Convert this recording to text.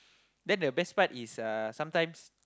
then the best part is uh sometimes